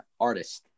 artist